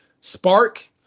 spark